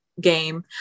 game